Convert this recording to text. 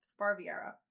Sparviera